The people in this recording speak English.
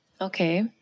Okay